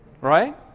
Right